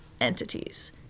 entities